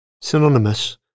synonymous